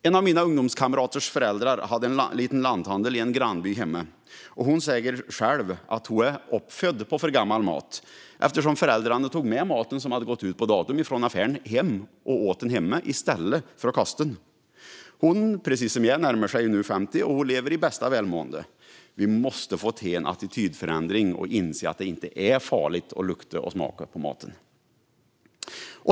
En av mina ungdomskamraters föräldrar hade en liten lanthandel i en grannby. Hon säger själv att hon är "uppfödd på för gammal mat" eftersom föräldrarna tog med sig maten som passerat bästföredatum från affären och åt den hemma i stället för att kasta den. Hon liksom jag närmar sig nu 50 och lever i bästa välmåga. Vi måste få till en attitydförändring och inse att det inte är farligt att lukta eller smaka på maten.